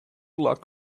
luck